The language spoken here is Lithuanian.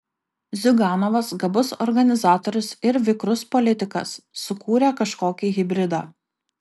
ziuganovas gabus organizatorius ir vikrus politikas sukūrė kažkokį hibridą